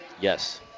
Yes